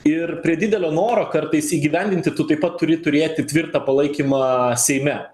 ir prie didelio noro kartais įgyvendinti tu taip pat turi turėti tvirtą palaikymą seime